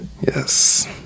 yes